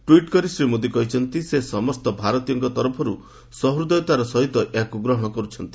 tweet କରି ଶ୍ରୀ ମୋଦି କହିଛନ୍ତି ସେ ସମସ୍ତ ଭାରତୀୟଙ୍କ ତରଫରୁ ସହ୍ୱଦୟତାର ସହିତ ଏହାକୁ ଗ୍ରହଣ କରୁଛନ୍ତି